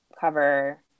cover